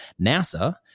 NASA